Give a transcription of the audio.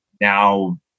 now